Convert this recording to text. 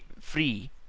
free